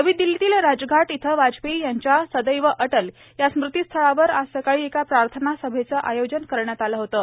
नवी दिल्लीतील राजघाट इथं वाजपेयी यांच्या सदैव अटल या स्मृतिस्थळावर आज सकाळी एका प्रार्थना सभेचं आयोजन करण्यात आलं होतं